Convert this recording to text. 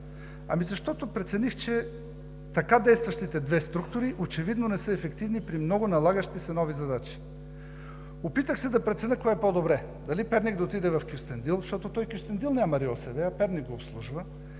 Ами, защото прецених, че така действащите две структури очевидно не са ефективни при много налагащи се нови задачи. Опитах се да преценя кое е по-добре – дали Перник да отиде в Кюстендил, защото в Кюстендил няма РИОСВ, а Перник го обслужва,